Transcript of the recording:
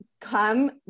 come